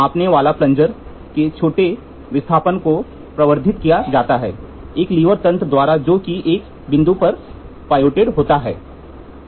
एक मापने वाले प्लंजर के छोटे विस्थापन को प्रवर्धित किया जाता है एक लीवर तंत्र द्वारा जो कि एक बिंदु पर पायवोटेड होता है है